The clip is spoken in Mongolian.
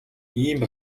ийм